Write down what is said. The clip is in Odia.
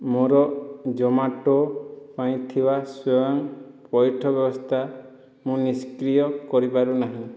ମୋର ଜୋମାଟୋ ପାଇଁ ଥିବା ସ୍ଵୟଂ ପୈଠ ବ୍ୟବସ୍ଥା ମୁଁ ନିଷ୍କ୍ରିୟ କରିପାରୁନାହିଁ